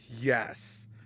Yes